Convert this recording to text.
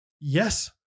Yes